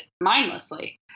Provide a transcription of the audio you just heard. mindlessly